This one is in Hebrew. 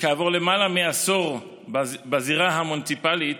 וכעבור למעלה מעשור בזירה המוניציפלית